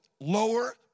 lower